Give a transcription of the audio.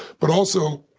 but also,